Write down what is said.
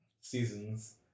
Seasons